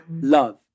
love